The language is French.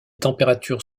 températures